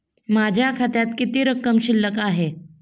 माझ्या खात्यात किती रक्कम शिल्लक आहे?